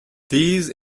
these